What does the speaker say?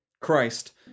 Christ